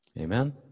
Amen